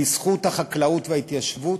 בזכות החקלאות וההתיישבות,